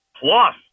plus